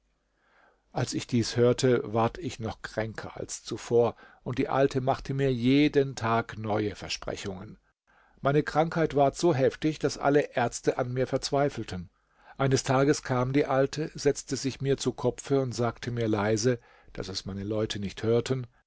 als ich dies hörte ward ich noch kränker als zuvor und die alte machte mir jeden tag neue versprechungen meine krankheit ward so heftig daß alle ärzte an mir verzweifelten eines tages kam die alte setzte sich mir zu kopfe und sagte mir leise daß es meine leute nicht hörten